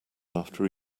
after